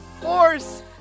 Force